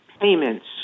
payments